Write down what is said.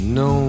no